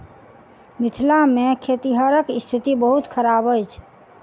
मिथिला मे खेतिहरक स्थिति बड़ खराब अछि